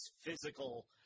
physical